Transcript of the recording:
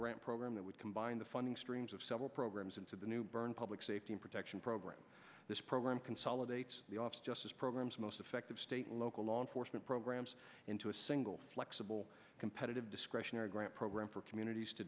grant program that would combine the funding streams of several programs into the new bern public safety protection program this program consolidate the off justice programs most effective state local law enforcement programs into a single flexible competitive discretionary grant program for communities to